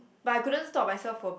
but I couldn't stop myself from